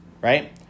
right